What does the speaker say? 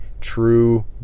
true